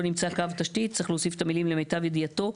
נמצא קו תשתית צריך להוסיף את המילים "למיטב ידיעתו",